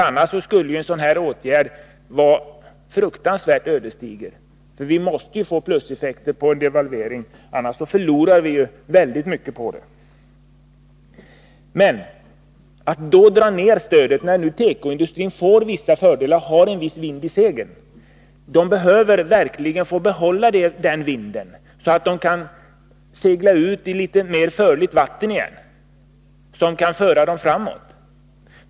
Annars skulle en sådan här åtgärd vara fruktansvärt ödesdiger. Vi måste få pluseffekter genom devalveringen. Annars förlorar vi väldigt mycket på den. När nu tekoindustrin har fått vissa fördelar och har en viss vind i seglen, skall man inte dra ned stödet. Tekoindustrin behöver den vinden så att den åter kan segla ut i litet mer fritt vatten, som kan föra den framåt.